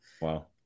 Wow